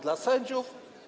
Dla sędziów?